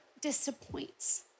disappoints